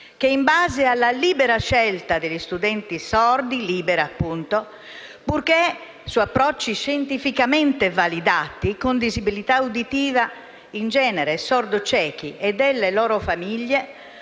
che, in base alla libera scelta degli studenti sordi (libera appunto), purché su approcci scientificamente validati, con disabilità uditiva in genere e dei sordociechi e delle loro famiglie,